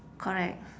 correct